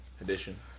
edition